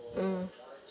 mm